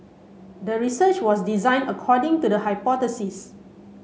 the research was designed according to the hypothesis